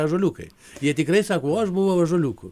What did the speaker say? ąžuoliukai jie tikrai sako o aš buvau ąžuoliuku